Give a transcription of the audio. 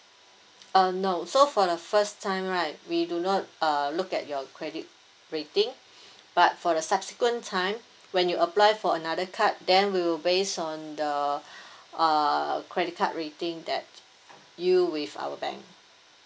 uh no so for the first time right we do not err look at your credit rating but for the subsequent time when you apply for another card then we'll based on the uh credit card rating that you with our bank